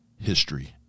history